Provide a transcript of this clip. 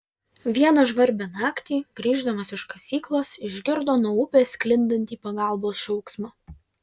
vieną žvarbią naktį grįždamas iš kasyklos išgirdo nuo upės sklindantį pagalbos šauksmą